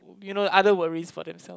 you know other worries for themselves